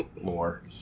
more